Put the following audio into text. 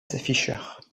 fischer